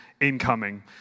Incoming